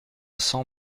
cent